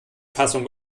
fassung